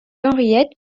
henriette